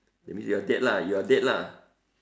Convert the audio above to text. that means you are dead lah you are dead lah